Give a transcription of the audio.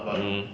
mm